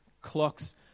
clocks